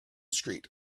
street